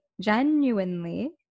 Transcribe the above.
genuinely